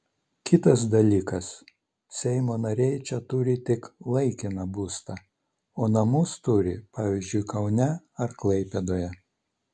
kitas dalykas seimo nariai čia turi tik laikiną būstą o namus turi pavyzdžiui kaune ar klaipėdoje